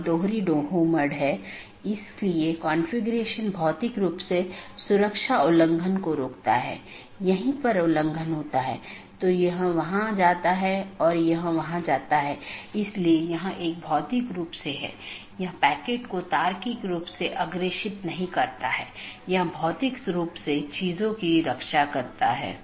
इसका मतलब है कि मार्ग इन कई AS द्वारा परिभाषित है जोकि AS की विशेषता सेट द्वारा परिभाषित किया जाता है और इस विशेषता मूल्यों का उपयोग दिए गए AS की नीति के आधार पर इष्टतम पथ खोजने के लिए किया जाता है